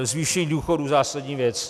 Zvýšení důchodů zásadní věc.